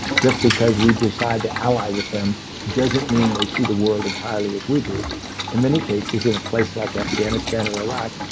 just because we decide to ally with them doesn't mean they see the world entirely as we do. and in many cases, in a place like afghanistan or iraq,